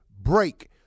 break